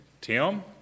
Tim